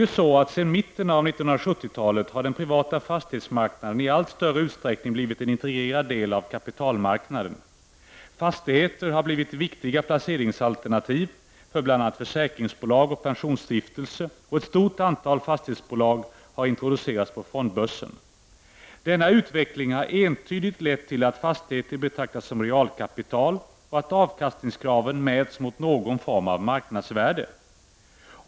Sedan mitten av 1970-talet har den privata fastighetsmarknaden i allt större utsträckning blivit en integrerad del av kapitalmarknaden. Fastigheter har blivit viktiga placeringsalternativ för bl.a. försäkringsbolag och pensionsstiftelser, och ett stort antal fastighetsbolag har introducerats på fondbörsen. Denna utveckling har entydigt lett till att fastigheter betraktas som realkapital och att avkastningskraven mäts mot någon form av marknadsvärde.